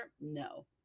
no